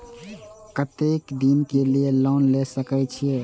केते दिन के लिए लोन ले सके छिए?